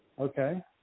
Okay